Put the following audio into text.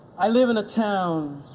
i live in a town